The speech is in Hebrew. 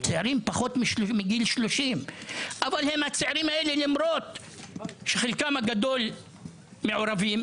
מתחת לגיל 30. אבל למרות שהצעירים האלה מעורבים,